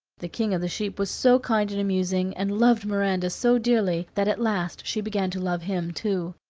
the king of the sheep was so kind and amusing, and loved miranda so dearly, that at last she began to love him too.